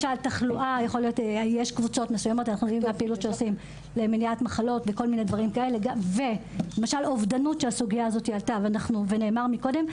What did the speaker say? יש קבוצות למניעת מחלות וגם בסוגיית האובדנות שעלתה כאן,